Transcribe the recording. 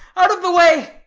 out of the way!